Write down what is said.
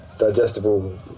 digestible